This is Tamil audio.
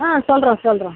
ஆ சொல்கிறோம் சொல்கிறோம்